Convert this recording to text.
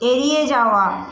এড়িয়ে যাওয়া